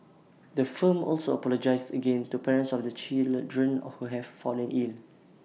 the firm also apologised again to parents of the children who have fallen ill